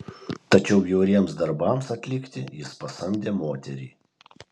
tačiau bjauriems darbams atlikti jis pasamdė moterį